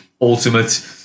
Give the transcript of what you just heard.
ultimate